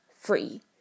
free